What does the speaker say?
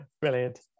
brilliant